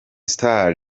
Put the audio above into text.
star